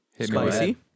Spicy